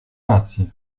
racji